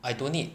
I don't need